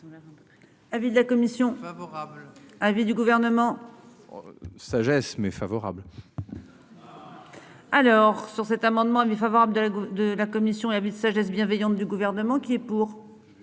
Avis de la commission favorable avis du Gouvernement. Sagesse mais favorable. Alors sur cet amendement favorable de la de la commission sagesse bienveillante du gouvernement qui est pour.